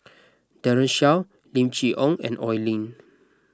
Daren Shiau Lim Chee Onn and Oi Lin